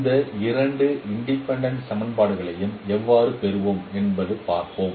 இந்த இரண்டு இன்டெபேன்டென்ட் சமன்பாடுகளையும் எவ்வாறு பெறுவோம் என்று பார்ப்போம்